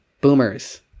Boomers